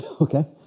Okay